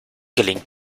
gelingt